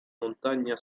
montagna